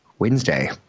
Wednesday